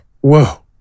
Whoa